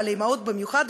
על האימהות במיוחד,